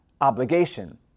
obligation